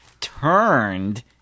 turned